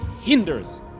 hinders